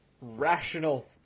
rational